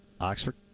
Oxford